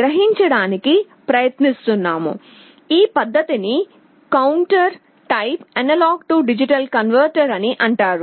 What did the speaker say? గ్రహించడానికి ప్రయత్నిస్తున్నాము ఈ పద్ధతిని counter type A D converter అంటారు